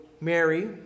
Mary